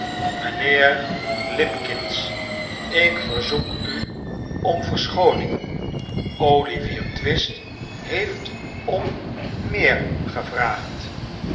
mijnheer limbkins ik verzoek u om verschooning olivier twist heeft om meer gevraagd